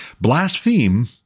blaspheme